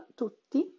tutti